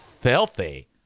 filthy